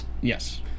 Yes